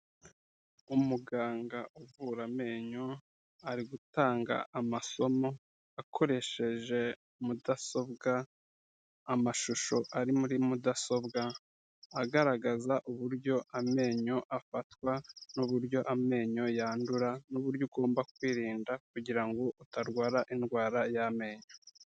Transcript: Umuganga uvura amenyo, ari gutanga amasomo akoresheje mudasobwa, amashusho ari muri mudasobwa, agaragaza uburyo amenyo afatwa n'uburyo amenyo yandura, n'uburyo ugomba kwirinda kugira ngo utarwara indwara y'amenyo.